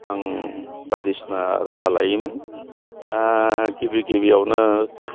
आं बायदिसिना राहा लायोमोन गिबि गिबियावनो